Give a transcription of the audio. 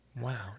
Wow